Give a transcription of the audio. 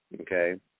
Okay